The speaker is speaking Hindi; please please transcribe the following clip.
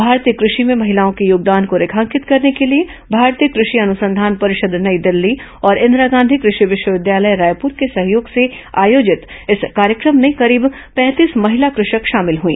भारतीय कृषि में महिलाओं के योगदान को रेखांकित करने के लिए भारतीय कृषि अनुसंधान परिषद नई दिल्ली और इंदिरा गांधी कषि विश्वविद्यालय रायपुर के सहयोग से आयोजित इस कार्यक्रम में करीब पैंतीस महिला कृषक शामिल हई